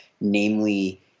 namely